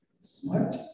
smart